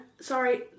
sorry